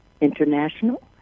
international